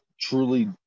truly